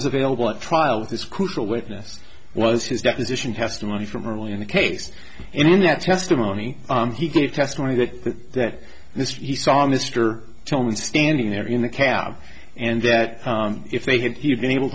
was available at trial this crucial witness was his deposition testimony from earlier in the case and in that testimony he gave testimony that this he saw mr jones standing there in the cab and that if they had he had been able